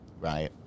right